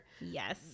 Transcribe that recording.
yes